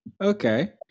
Okay